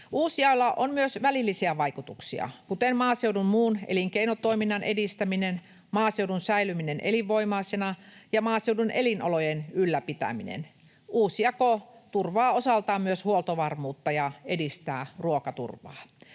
Uusjaolla on myös välillisiä vaikutuksia, kuten maaseudun muun elinkeinotoiminnan edistäminen, maaseudun säilyminen elinvoimaisena ja maaseudun elinolojen ylläpitäminen. Uusjako turvaa osaltaan myös huoltovarmuutta ja edistää ruokaturvaa.